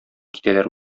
китәләр